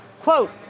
Quote